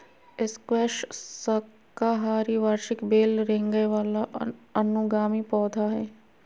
squash साकाहारी वार्षिक बेल रेंगय वला और अनुगामी पौधा हइ